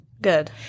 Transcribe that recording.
Good